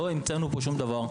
לא המצאנו פה שום דבר.